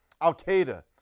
Al-Qaeda